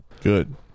Good